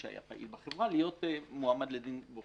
פעילה מזה שלוש שנים.